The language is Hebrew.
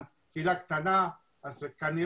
דבר שני,